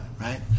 right